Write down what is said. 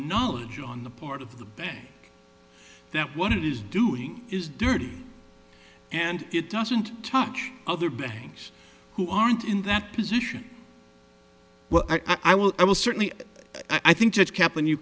knowledge on the part of the bank that what it is doing is dirty and it doesn't touch other banks who aren't in that position i will i will certainly i think that kaplan you